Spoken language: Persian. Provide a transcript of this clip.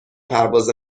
پرواز